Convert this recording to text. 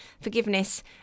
forgiveness